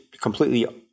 completely